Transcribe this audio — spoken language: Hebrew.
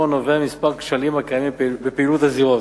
נובע ממספר כשלים הקיימים בפעילות הזירות.